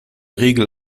regel